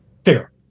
Fear